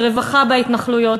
לרווחה בהתנחלויות,